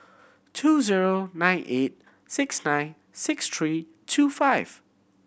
two zero eight nine six nine six three two five